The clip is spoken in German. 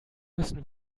müssen